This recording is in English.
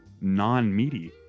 non-meaty